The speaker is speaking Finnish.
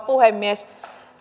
puhemies